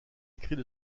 écrits